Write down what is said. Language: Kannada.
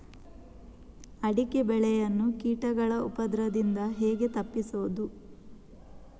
ಅಡಿಕೆ ಬೆಳೆಯನ್ನು ಕೀಟಗಳ ಉಪದ್ರದಿಂದ ಹೇಗೆ ತಪ್ಪಿಸೋದು?